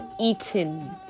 eaten